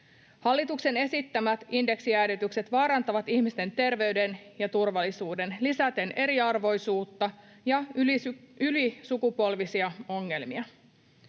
Hallituksen esittämät indeksijäädytykset vaarantavat ihmisten terveyden ja turvallisuuden lisäten eriarvoisuutta ja ylisukupolvisia ongelmia.